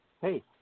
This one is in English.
Hey